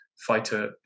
Fighter